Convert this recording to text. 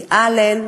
כי אלן